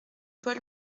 paul